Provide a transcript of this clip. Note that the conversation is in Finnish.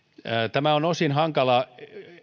tämä on osin hankalaa